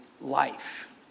life